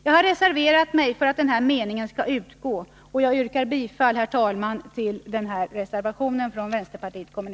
Jag har reserverat mig för att denna mening skall utgå, och jag yrkar, herr talman, bifall till min reservation.